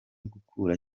gukura